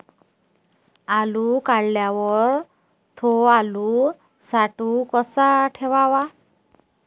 आलू काढल्यावर थो आलू साठवून कसा ठेवाव?